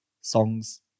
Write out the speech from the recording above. songs